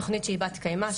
תוכנית שהיא בת קיימא,